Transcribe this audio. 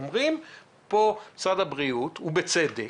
אומר משרד הבריאות, ובצדק,